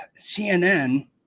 CNN